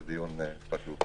זה דיון חשוב.